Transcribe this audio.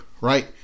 right